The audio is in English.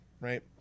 right